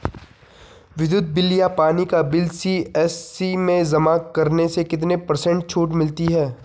विद्युत बिल या पानी का बिल सी.एस.सी में जमा करने से कितने पर्सेंट छूट मिलती है?